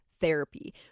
therapy